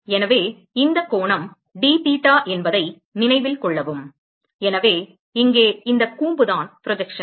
எனவே இந்த கோணம் d theta என்பதை நினைவில் கொள்ளவும் எனவே இங்கே இந்த கூம்புதான் ப்ரொஜெக்ஷன்